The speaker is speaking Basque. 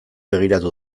begiratu